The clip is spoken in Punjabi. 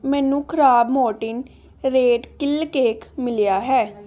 ਮੈਨੂੰ ਖ਼ਰਾਬ ਮੋਰਟਿਨ ਰੇਟ ਕਿਲ ਕੇਕ ਮਿਲਿਆ ਹੈ